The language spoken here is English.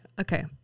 Okay